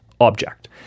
object